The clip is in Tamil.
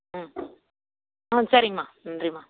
ம் ஆ சரிங்கம்மா நன்றிம்மா